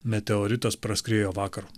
meteoritas praskriejo vakar